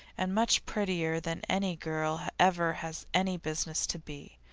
and much prettier than any girl ever has any business to be.